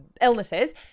illnesses